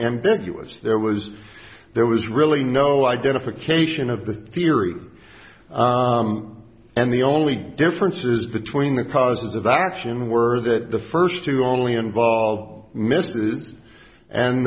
ambiguous there was there was really no identification of the theory and the only differences between the causes of action were that the first two only involved mrs and